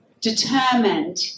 determined